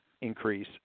increase